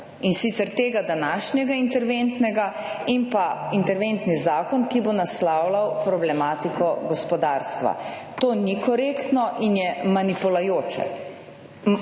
In sicer, tega današnjega interventnega in pa interventni zakon, ki bo naslavljal problematiko gospodarstva. To ni korektno in je manipulajoče.